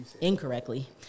incorrectly